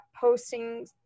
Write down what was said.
posting